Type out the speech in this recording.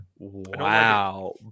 Wow